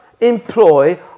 employ